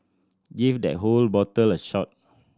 give that whole bottle a shot